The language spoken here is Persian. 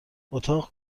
اتاق